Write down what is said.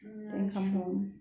mm ya true